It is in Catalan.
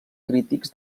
crítics